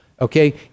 okay